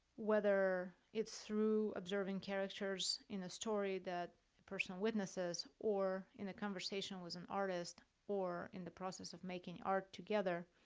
whether it's through observing characters in a story that a person witnesses or in a conversation with an artist or in the process of making art together,